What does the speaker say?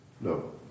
No